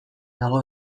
dago